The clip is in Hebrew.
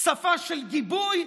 שפה של גיבוי,